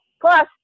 plus